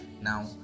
Now